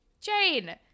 Jane